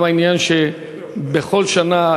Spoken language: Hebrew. וגם העניין שבכל שנה,